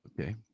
Okay